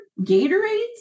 Gatorades